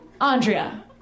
andrea